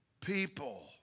people